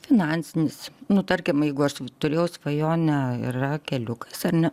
finansinis nu tarkim jeigu aš turėjau svajonę ir yra keliukas ar ne